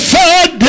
third